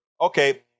Okay